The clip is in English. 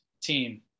team